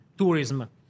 tourism